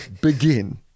begin